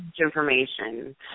information